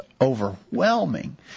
overwhelming